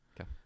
Okay